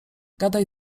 gadaj